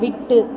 விட்டு